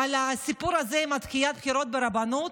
על הסיפור הזה על דחיית בחירות ברבנות?